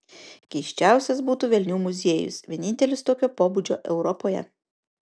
keisčiausias būtų velnių muziejus vienintelis tokio pobūdžio europoje